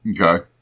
Okay